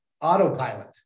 autopilot